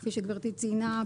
כפי שגברתי ציינה,